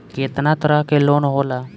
केतना तरह के लोन होला?